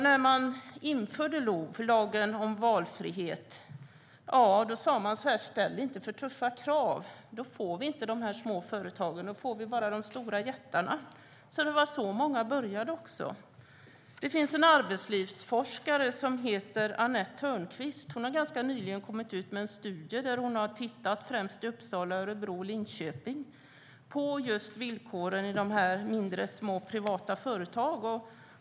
När man införde LOV, lagen om valfrihet, sade man: Ställ inte för tuffa krav, för då får vi inte de små företagen utan bara de stora jättarna. Det var så många började. Det finns en arbetslivsforskare som heter Annette Thörnquist. Hon har nyligen kommit ut med en studie där hon har tittat på villkoren i mindre, privata företag främst i Uppsala, Örebro och Linköping.